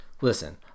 Listen